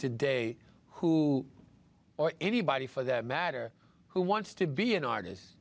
today who or anybody for that matter who wants to be an artist